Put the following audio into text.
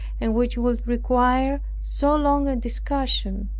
and which would require so long a discussion.